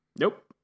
Nope